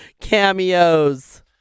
cameos